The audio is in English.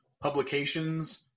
publications